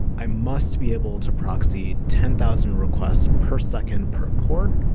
i must be able to proxy ten thousand requests per second per core,